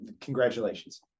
congratulations